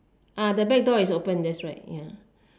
ah the back door is open that's right ya